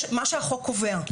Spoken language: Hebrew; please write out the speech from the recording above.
מה שהחוק קובע.